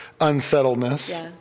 unsettledness